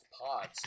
pods